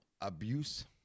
Abuse